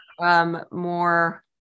more